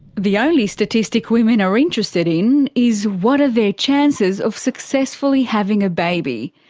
the only statistic women are interested in is what are their chances of successfully having a baby.